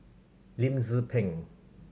Lim Tze Peng